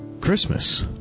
Christmas